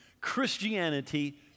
Christianity